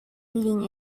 leading